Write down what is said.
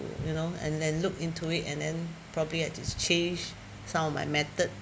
you know and then look into it and then probably to change some of my method